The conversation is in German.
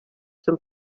zum